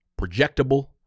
projectable